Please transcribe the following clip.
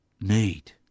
need